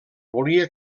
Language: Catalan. volia